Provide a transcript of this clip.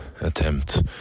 Attempt